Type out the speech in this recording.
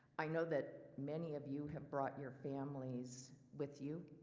i know that many of you have brought your families with you.